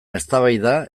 eztabaida